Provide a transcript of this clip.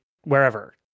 wherever